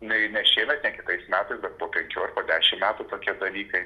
nei ne šiemet ne kitais metais bet po penkių ar po dešimt metų tokie dalykai